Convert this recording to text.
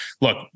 look